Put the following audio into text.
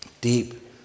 Deep